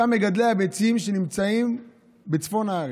אותם מגדלי הביצים שנמצאים בצפון הארץ,